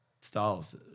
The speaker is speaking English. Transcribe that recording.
styles